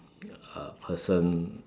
uh person